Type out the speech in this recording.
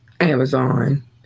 Amazon